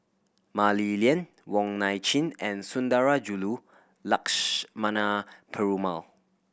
Mah Li Lian Wong Nai Chin and Sundarajulu Lakshmana Perumal